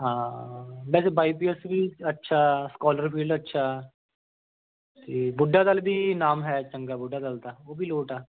ਹਾਂ ਵੈਸੇ Y P S ਵੀ ਅੱਛਾ ਸਕੋਲਰ ਫੀਲਡ ਅੱਛਾ ਅਤੇ ਬੁੱਢਾ ਦਲ ਵੀ ਨਾਮ ਹੈ ਚੰਗਾ ਬੁੱਢਾ ਦਲ ਦਾ ਉਹ ਵੀ ਲੋਟ ਆ